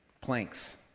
Planks